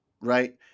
Right